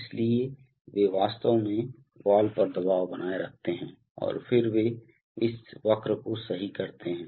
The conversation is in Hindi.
इसलिए वे वास्तव में वाल्व पर दबाव बनाए रखते हैं और फिर वे इस वक्र को सही करते हैं